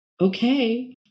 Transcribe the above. okay